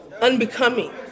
unbecoming